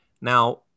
Now